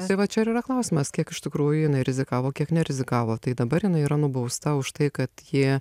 tai va čia ir yra klausimas kiek iš tikrųjų jinai rizikavo kiek nerizikavo tai dabar jinai yra nubausta už tai kad ji